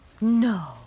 No